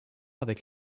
avec